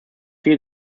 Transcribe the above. viel